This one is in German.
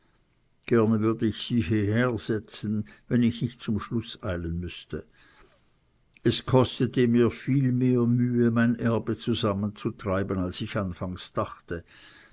gerne würde ich sie hieher setzen wenn ich nicht zum schluß eilen müßte es kostete mir viel mehr mühe mein erbe zusammen zu treiben als ich anfangs dachte